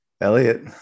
Elliot